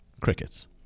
Crickets